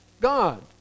God